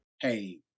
hey